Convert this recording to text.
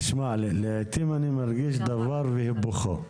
תשמע, לעתים אני מרגיש דבר והיפוכו.